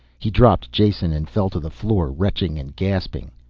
he dropped jason and fell to the floor, retching and gasping.